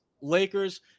lakers